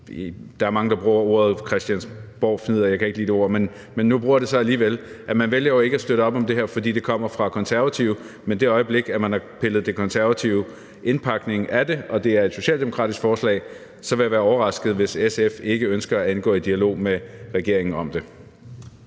der er mange, der bruger ordet christiansborgfnidder – jeg kan ikke lide det ord, men nu bruger jeg det så alligevel. Man vælger jo ikke at støtte op om det her, fordi det kommer fra Konservative, men i det øjeblik, man har pillet den konservative indpakning af det og det er et socialdemokratisk forslag, vil jeg være overrasket, hvis SF ikke ønsker at indgå i dialog med regeringen om det.